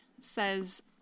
says